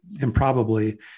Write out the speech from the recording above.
improbably